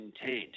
intent